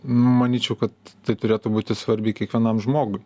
manyčiau kad tai turėtų būti svarbi kiekvienam žmogui